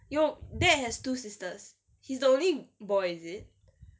your dad has two sisters he's the only boy is it